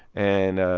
and,